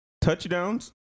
touchdowns